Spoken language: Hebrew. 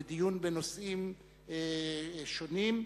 לדיון בנושאים שונים,